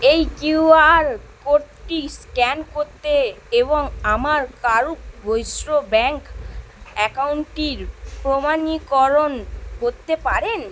এই কিউআর কোডটি স্ক্যান করতে এবং আমার কারুর বৈশ্য ব্যাঙ্ক অ্যাকাউন্টটির প্রমাণীকরণ করতে পারেন